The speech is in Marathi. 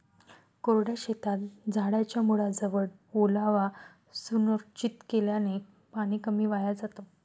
कोरड्या शेतात झाडाच्या मुळाजवळ ओलावा सुनिश्चित केल्याने पाणी कमी वाया जातं